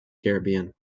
caribbean